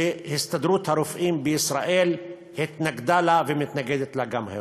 שהסתדרות הרופאים בישראל התנגדה לה ומתנגדת לה גם היום.